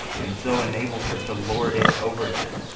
and so enables her to lord it over them.